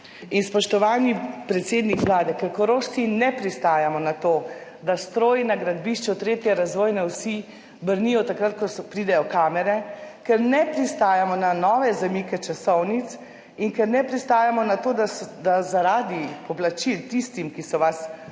In spoštovani predsednik Vlade, ker Korošci ne pristajamo na to, da stroji na gradbišču tretje razvojne osi brnijo takrat, ko pridejo kamere, ker ne pristajamo na nove zamike časovnic in ker ne pristajamo na to, da zaradi poplačil tistim, ki so vas